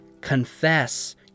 confess